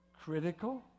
critical